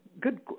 Good